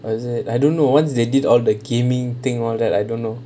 oh is it I don't know once they did all the gaming thing all that I don't know